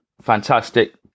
fantastic